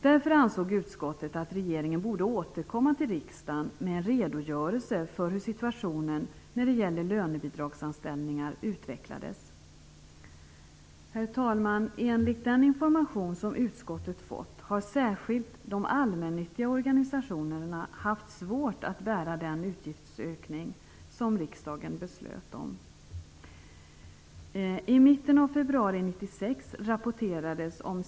Därför ansåg utskottet att regeringen borde återkomma till riksdagen med en redogörelse för hur situationen när det gäller lönebidragsanställningar utvecklades. Herr talman! Enligt den information som utskottet fått har särskilt de allmännyttiga organisationerna haft svårt att bära den utgiftsökning som riksdagen beslöt om.